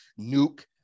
Nuke